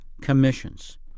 commissions